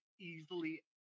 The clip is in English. easily